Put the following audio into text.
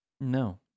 No